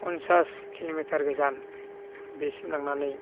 फनसास किल'मिटार गोजान बिसिम लांनानै